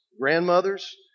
grandmothers